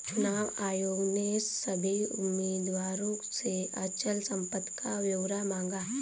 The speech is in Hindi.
चुनाव आयोग ने सभी उम्मीदवारों से अचल संपत्ति का ब्यौरा मांगा